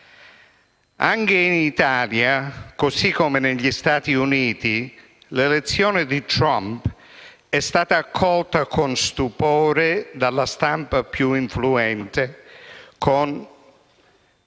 Anche in Italia, così come negli Stati Uniti, l'elezione di Trump è stata accolta con troppo stupore dalla stampa più influente.